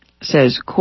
says